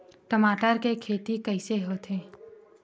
टमाटर के खेती कइसे होथे?